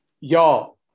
y'all